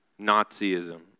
Nazism